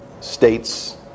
States